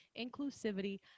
inclusivity